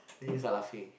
and then you start laughing